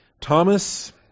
Thomas